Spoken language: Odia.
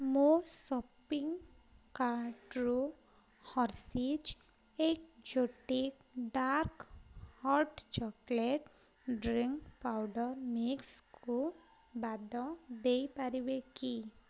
ମୋ ସପିଂ କାର୍ଟ୍ରୁ Hershey's exotic dark hot chocolate drink powder ମିକ୍ସ୍କୁ ବାଦ୍ ଦେଇପାରିବେ କି